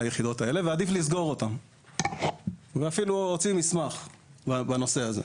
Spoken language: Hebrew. היחידות האלה ועדיף לסגור אותן ואפילו הוציאו מסמך בנושא הזה.